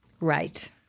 Right